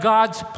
God's